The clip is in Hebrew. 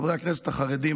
חברי הכנסת החרדים,